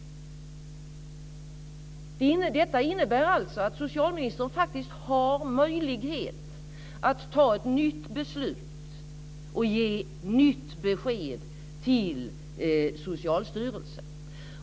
Detta innebär alltså att socialministern faktiskt har möjlighet att ta ett nytt beslut och ge ett nytt besked till Socialstyrelsen.